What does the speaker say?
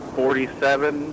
forty-seven